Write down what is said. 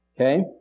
okay